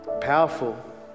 Powerful